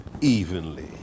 evenly